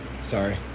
sorry